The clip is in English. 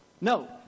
No